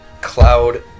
Cloud